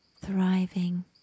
thriving